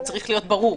והוא צריך להיות ברור.